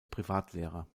privatlehrer